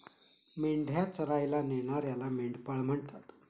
मेंढ्या चरायला नेणाऱ्याला मेंढपाळ म्हणतात